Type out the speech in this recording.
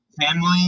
family